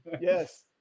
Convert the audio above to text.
yes